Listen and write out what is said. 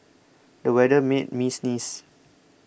the weather made me sneeze